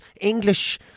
English